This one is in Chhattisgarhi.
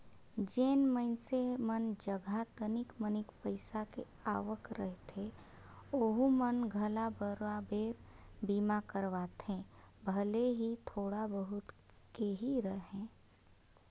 जेन मइनसे मन जघा तनिक मनिक पईसा के आवक रहथे ओहू मन घला बराबेर बीमा करवाथे भले ही थोड़ा बहुत के ही रहें